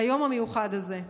ביום המיוחד הזה?